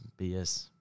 BS